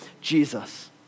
Jesus